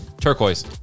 Turquoise